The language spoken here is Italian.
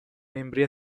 membri